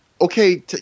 okay